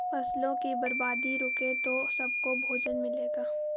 फसलों की बर्बादी रुके तो सबको भोजन मिलेगा